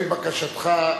על-פי בקשתך,